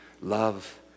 love